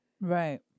Right